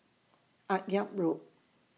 Akyab Road